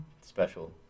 special